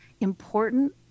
important